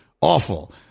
awful